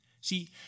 See